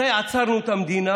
מתי עצרנו את המדינה?